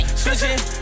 switching